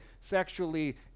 sexually